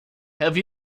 have